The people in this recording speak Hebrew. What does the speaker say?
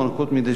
מדי שנה,